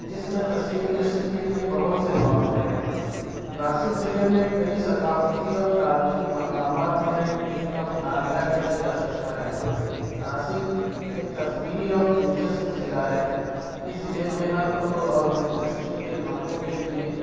جس میں تصویر کشی کے لیے بہت سے مواقع ہیں ناسک ضلعے میں کئی ثقافتی اور تاریخی مقامات ہیں جن کا مطالعہ کیا جا سکتا ہے ناسک ایک تفریحی اور دلچسپ ضلع ہے اس ضلع میں ہر عمر اور دلچسپی کے لوگوں کے لیے